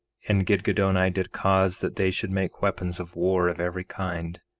and gidgiddoni did cause that they should make weapons of war of every kind,